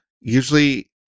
Usually